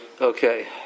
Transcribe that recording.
okay